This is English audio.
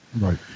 Right